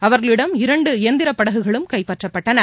அவர்களிடம் இரண்டுஎந்திரப்படகுகளும் கைப்பற்றப்பட்டன